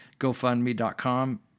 GoFundMe.com